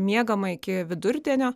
miegama iki vidurdienio